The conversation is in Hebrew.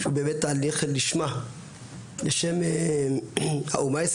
שהוא באמת תהליך לשם עם ישראל,